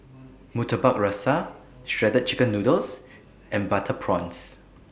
Murtabak Rusa Shredded Chicken Noodles and Butter Prawns